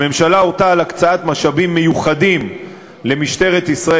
הממשלה הורתה על הקצאת משאבים מיוחדים למשטרת ישראל